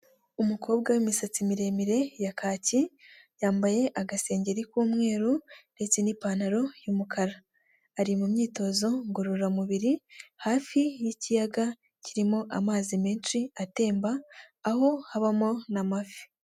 Umukobwa w'imisatsi miremire ya kaki yambaye agasengengeri k'umweru ndetse n'ipantaro y'umukara, ari mu myitozo ngororamubiri hafi y'ikiyaga kirimo amazi menshi atemba aho habamo n'amafi.